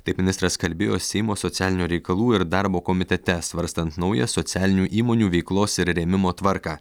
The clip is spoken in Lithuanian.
taip ministras kalbėjo seimo socialinių reikalų ir darbo komitete svarstant naują socialinių įmonių veiklos ir rėmimo tvarką